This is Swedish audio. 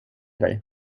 dig